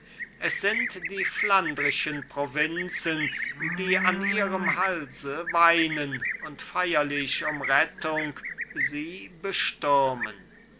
es sind die flandrischen provinzen die an ihrem halse weinen und feierlich um rettung sie bestürmen